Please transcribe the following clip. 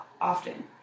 often